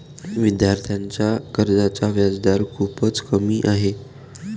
विद्यार्थ्यांच्या कर्जाचा व्याजदर खूपच कमी आहे